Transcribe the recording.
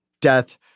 death